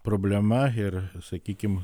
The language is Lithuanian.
problema ir sakykim